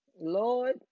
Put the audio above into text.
Lord